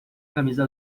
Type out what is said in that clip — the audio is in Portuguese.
camisa